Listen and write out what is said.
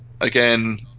again